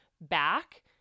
back